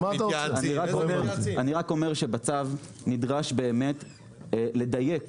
אני רק אומר שבצו נדרש באמת לדייק